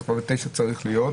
אז כבר ב-21:00 הוא צריך להיות.